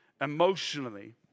emotionally